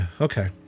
Okay